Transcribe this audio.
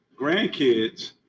grandkids